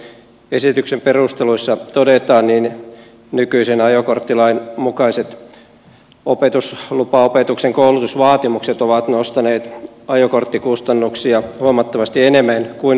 kuten hallituksen esityksen perusteluissa todetaan nykyisen ajokorttilain mukaiset opetuslupaopetuksen koulutusvaatimukset ovat nostaneet ajokorttikustannuksia huomattavasti enemmän kuin oli arvioitu